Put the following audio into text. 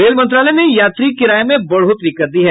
rail मंत्रालय ने यात्री किराये में बढ़ोत्तरी कर दी है